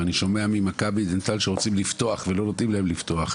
ואני שומע ממכבי דנטל שרוצים לפתוח ולא נותנים להם לפתוח,